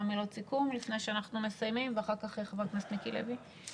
מילות סיכום ואחריך חבר הכנסת מיקי לוי?